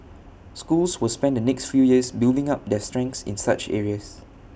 schools will spend the next few years building up their strengths in such areas